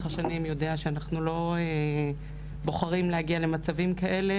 השנים יודע שאנחנו לא בוחרים להגיע למצבים כאלה